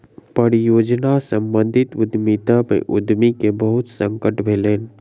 परियोजना सम्बंधित उद्यमिता में उद्यमी के बहुत संकट भेलैन